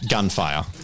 Gunfire